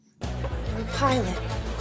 Pilot